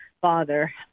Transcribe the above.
father